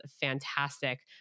fantastic